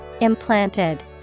IMPLANTED